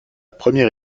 première